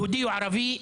יהודי וערבי,